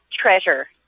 treasure